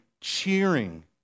cheering